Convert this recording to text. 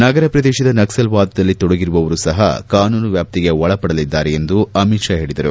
ನಗರ ಪ್ರದೇಶದ ನಕ್ಸಲ್ ವಾದದಲ್ಲಿ ತೊಡಗಿರುವವರು ಸಹ ಕಾನೂನು ವ್ಯಾಪ್ತಿಗೆ ಒಳಪಡಲಿದ್ದಾರೆ ಎಂದು ಅಮಿತ್ ಷಾ ಹೇಳಿದರು